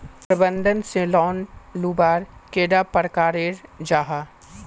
प्रबंधन से लोन लुबार कैडा प्रकारेर जाहा?